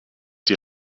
die